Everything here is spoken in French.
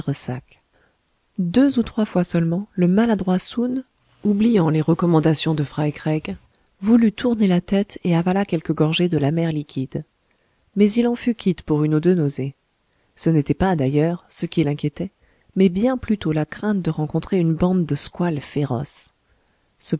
deux ou trois fois seulement le maladroit soun oubliant les recommandations de fry craig voulut tourner la tête et avala quelques gorgées de l'amer liquide mais il en fut quitte pour une ou deux nausées ce n'était pas d'ailleurs ce qui l'inquiétait mais bien plutôt la crainte de rencontrer une bande de squales féroces